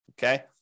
Okay